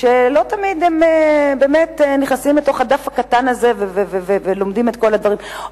שלא תמיד נכנסים לתוך הדף הקטן הזה ולומדים את כל הדברים,